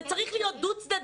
זה צריך להיות דו-צדדי.